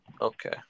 okay